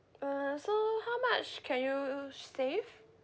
uh so how much can you save